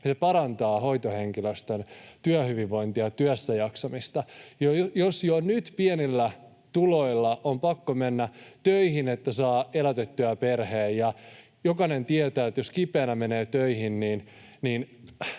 se parantaa hoitohenkilöstön työhyvinvointia ja työssäjaksamista, jos jo nyt pienillä tuloilla on pakko mennä töihin, että saa elätettyä perheen. Jokainen tietää, että jos kipeänä menee töihin,